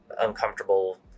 uncomfortable